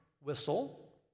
whistle